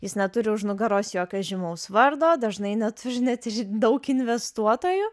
jis neturi už nugaros jokio žymaus vardo dažnai neturi net ir daug investuotojų